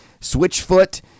Switchfoot